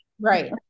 Right